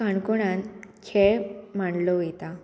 काणकोणांत खेळ मांडलो वयता